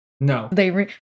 No